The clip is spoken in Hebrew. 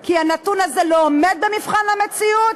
כי הנתון הזה לא עומד במבחן המציאות.